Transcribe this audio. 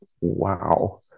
wow